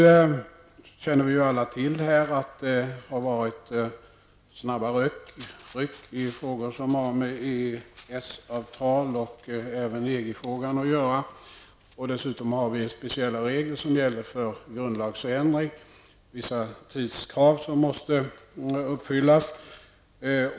Vi känner alla till att det har varit ''snabba ryck'' när det gäller EES-avtal och även EG-frågan. Dessutom har vi speciella regler för grundlagsändringar. Bl.a. måste vissa tidskrav uppfyllas.